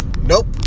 nope